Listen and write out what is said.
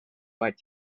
might